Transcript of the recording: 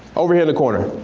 over here in the corner.